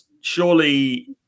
surely